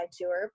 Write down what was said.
Tour